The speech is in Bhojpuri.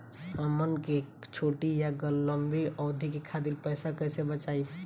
हमन के छोटी या लंबी अवधि के खातिर पैसा कैसे बचाइब?